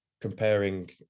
comparing